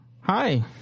Hi